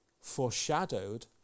foreshadowed